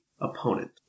opponent